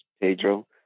Pedro